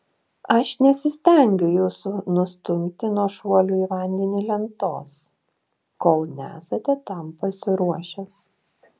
aš nesistengiu jūsų nustumti nuo šuolių į vandenį lentos kol nesate tam pasiruošęs